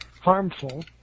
harmful